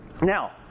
Now